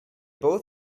were